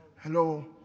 Hello